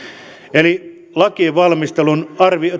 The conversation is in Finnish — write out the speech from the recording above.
eli lakien valmistelun